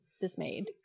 dismayed